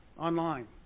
online